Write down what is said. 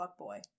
fuckboy